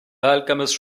alchemist